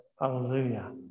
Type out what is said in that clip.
Hallelujah